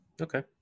Okay